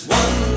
one